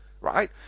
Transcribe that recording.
Right